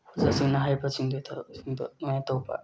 ꯇꯁꯦꯡꯅ ꯍꯥꯏꯔꯤꯕꯁꯤꯡꯗꯨ ꯊꯕꯛꯁꯤꯡꯗꯨ ꯑꯗꯨꯃꯥꯏꯅ ꯇꯧꯕ